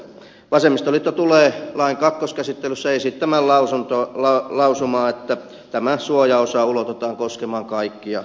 vasemmistoliitto tulee lain kakkoskäsittelyssä esittämään lausumaa että tämä suojaosa ulotetaan koskemaan kaikkia työttömiä